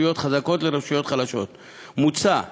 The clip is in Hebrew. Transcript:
חוק לימוד חובה, התש"ט 1949,